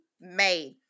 made